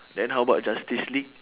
then how about justice league